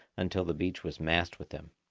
until the beach was massed with them.